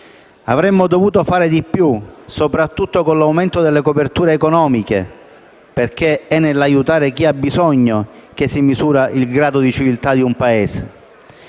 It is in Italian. Avremmo dovuto fare di più, soprattutto con l'aumento delle coperture economiche, perché è nell'aiutare chi ha bisogno che si misura il grado di civiltà di un Paese.